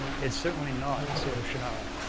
it's certainly not the sword of shannara.